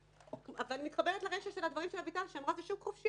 אני מתחברת לרישה של הדברים שאביטל שאמרה: זה שוק חופשי,